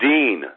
Dean